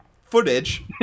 footage